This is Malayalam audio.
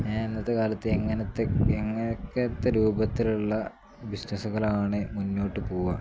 ഞാൻ ഇന്നത്തെ കാലത്ത് എങ്ങനത്തെ എങ്ങനത്തെ രൂപത്തിലുള്ള ബിസിനസ്സുകളാണ് മുന്നോട്ട് പോകുക